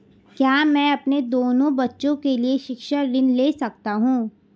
क्या मैं अपने दोनों बच्चों के लिए शिक्षा ऋण ले सकता हूँ?